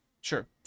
Sure